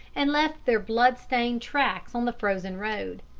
and left their blood-stained tracks on the frozen road.